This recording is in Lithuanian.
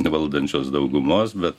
valdančios daugumos bet